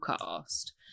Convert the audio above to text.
cast